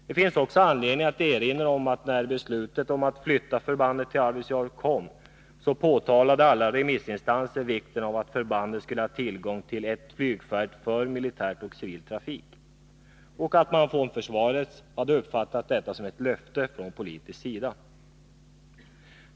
Det finns också anledning att erinra om, att när beslutet om att flytta förbandet till Arvidsjaur kom, underströk alla remissinstanser vikten av att förbandet skulle ha tillgång till ett flygfält för militär och civil trafik. Inom försvaret hade man uppfattat detta som ett löfte från politikernas sida.